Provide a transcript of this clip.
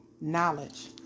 knowledge